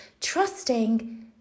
trusting